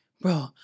bro